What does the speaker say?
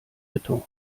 beton